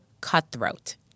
cutthroat